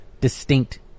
distinct